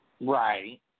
right